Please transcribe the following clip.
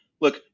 Look